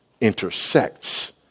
intersects